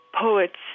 Poets